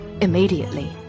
immediately